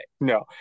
no